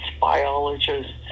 biologists